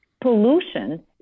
pollution